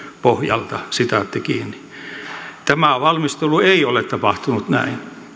pohjalta tämä valmistelu ei ole tapahtunut näin